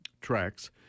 tracks